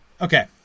Okay